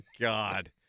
God